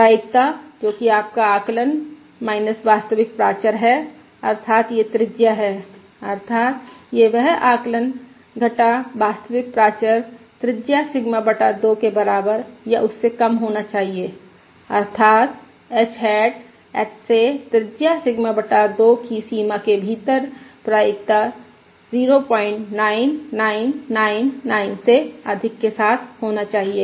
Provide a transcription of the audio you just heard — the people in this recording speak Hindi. प्रायिकता जोकि आपका आकलन वास्तविक प्राचर है अर्थात् यह त्रिज्या है अर्थात् यह वह आकलन घटा वास्तविक प्राचर त्रिज्या सिग्मा बटा 2 के बराबर या उससे कम होना चाहिए अर्थात् h हैट h से त्रिज्या सिग्मा बटा 2 की सीमा के भीतर प्रायिकता 09999 से अधिक के साथ होना चाहिए